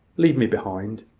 leave me behind.